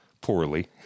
poorly